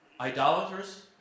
Idolaters